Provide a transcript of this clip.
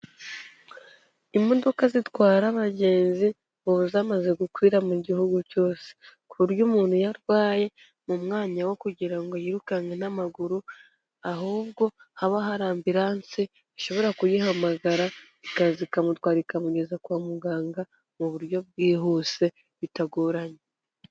Imodoka zitwara abagenzi ubu zamaze gukwira mu gihugu cyose, ku buryo umuntu iyo arwaye mu mwanya wo kugira ngo yirukanke n'amaguru, ahubwo haba hari ambulance ushobora kuyihamagara ikaza ikamutwara ikamugeza kwa muganga mu buryo bwihuse bitagoranye.